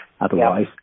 otherwise